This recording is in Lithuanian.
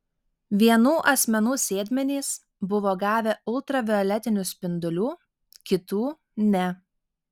vienų asmenų sėdmenys buvo gavę ultravioletinių spindulių kitų ne